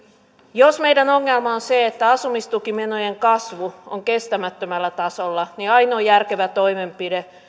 jos meidän ongelmamme on se että asumistukimenojen kasvu on kestämättömällä tasolla niin ainoa järkevä toimenpide